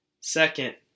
Second